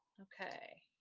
okay.